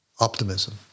optimism